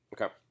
Okay